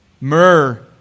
myrrh